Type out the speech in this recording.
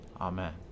Amen